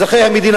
אזרחי המדינה,